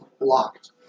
blocked